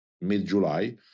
mid-July